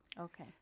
Okay